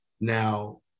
Now